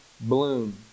bloom